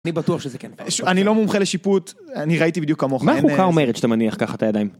אני בטוח שזה כן, אני לא מומחה לשיפוט, אני ראיתי בדיוק כמוך. מה מוכר אומרת שאתה מניח, קח את הידיים.